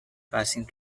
passing